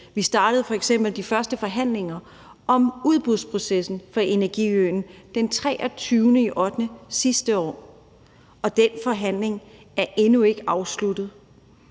Vi startede f.eks. de første forhandlinger om udbudsprocessen for energiøen den 23. august sidste år, og den forhandling er endnu ikke afsluttet.